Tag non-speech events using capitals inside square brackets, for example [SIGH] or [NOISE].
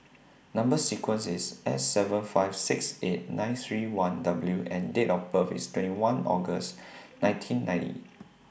Number sequence IS S seven five six eight nine three one W and Date of birth IS twenty one August [NOISE] nineteen ninety